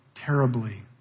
terribly